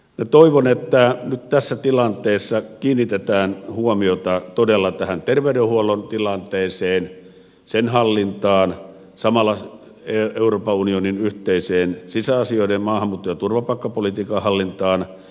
minä toivon että tässä tilanteessa kiinnitetään huomiota todella tähän terveydenhuollon tilanteeseen sen hallintaan samalla euroopan unionin yhteiseen sisäasioiden ja maahanmuutto ja turvapaikkapolitiikan hallintaan